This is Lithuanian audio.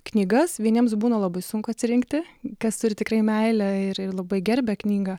knygas vieniems būna labai sunku atsirinkti kas turi tikrai meilę ir labai gerbia knygą